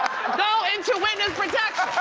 go into witness protection?